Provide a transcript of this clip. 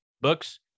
books